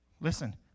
listen